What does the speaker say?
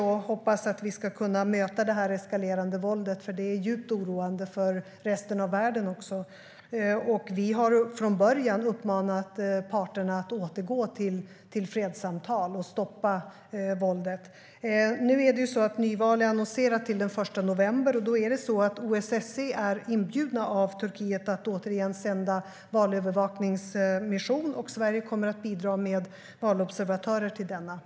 Vi hoppas att vi ska kunna möta det eskalerande våldet. Det är djupt oroande, också för resten av världen. Vi har från början uppmanat parterna att återgå till fredssamtal och stoppa våldet. Nyval är annonserat till den 1 november, och OSSE är inbjudet av Turkiet att återigen sända en valövervakningsmission. Sverige kommer att bidra med valobservatörer till denna.